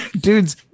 dudes